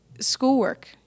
schoolwork